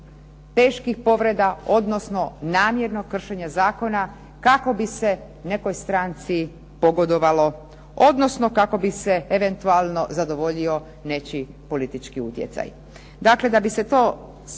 teških povreda, odnosno namjernog kršenja zakona kako bi se nekoj stranci pogodovalo, odnosno kako bi se eventualno zadovoljio nečiji politički utjecaj. Dakle da bi se to